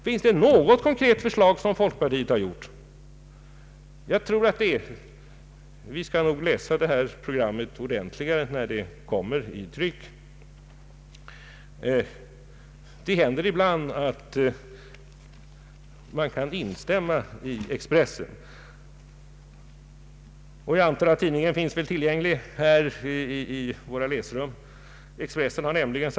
Vi skall nog läsa ert program ordentligt när det kommer i tryck. Det händer ibland att man kan instämma i vad Expressen skriver. Jag antar att tidningen finns tillgänglig här i våra läsrum. Expressen har nämligen Ang.